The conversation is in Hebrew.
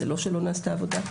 זה לא שלא נעשתה עבודה.